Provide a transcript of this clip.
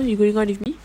ya you going out with me